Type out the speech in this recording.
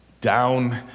Down